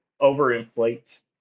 over-inflate